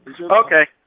Okay